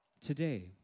today